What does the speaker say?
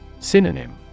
Synonym